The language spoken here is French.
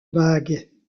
bagues